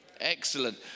Excellent